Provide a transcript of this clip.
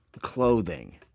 clothing